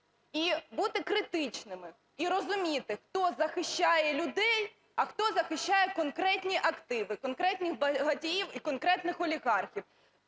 і бути критичними, і розуміти, хто захищає людей, а хто захищає конкретні активи конкретних багатіїв і конкретних олігархів.